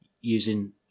using